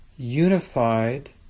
Unified